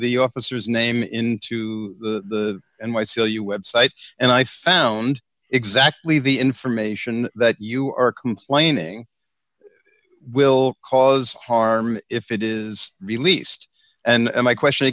the officer's name into the and my seal you website and i found exactly the information that you are complaining will cause harm if it is released and my question